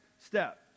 step